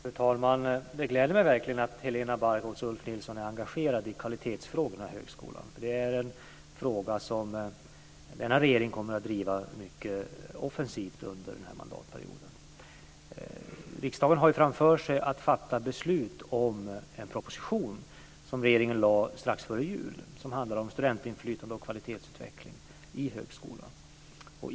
Fru talman! Det gläder mig verkligen att Helena Bargholtz och Ulf Nilsson är engagerade i kvalitetsfrågorna i högskolan. Det är en fråga som denna regering kommer att driva mycket offensivt under den här mandatperioden. Riksdagen har framför sig att fatta beslut om en proposition som regeringen lade fram strax före jul och som handlar om studentinflytande och kvalitetsutveckling i högskolan.